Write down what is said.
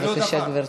בבקשה, גברתי.